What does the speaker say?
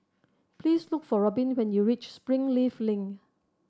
please look for Robin when you reach Springleaf Link